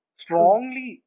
strongly